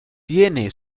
tiene